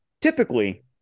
typically